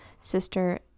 sister